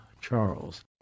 Charles